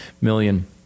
million